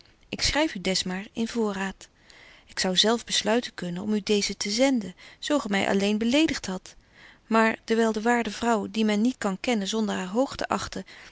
ik schryf u des maar in voorraad ik zou zelf besluiten kunnen om u deezen te zenden zo gy my alleen beledigt hadt maar dewyl de waarde vrouw die men niet kan kennen zonder haar hoog te achten